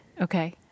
Okay